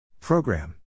Program